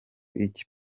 iki